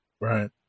right